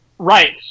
Right